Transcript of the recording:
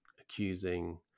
accusing